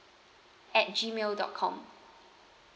at gmail dot com